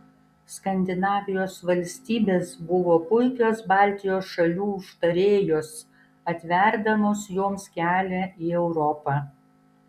skandinavijos valstybės buvo puikios baltijos šalių užtarėjos atverdamos joms kelią į europą